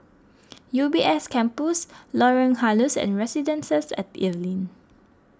U B S Campus Lorong Halus and Residences at Evelyn